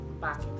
back